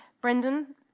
Brendan